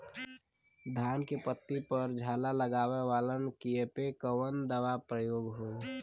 धान के पत्ती पर झाला लगववलन कियेपे कवन दवा प्रयोग होई?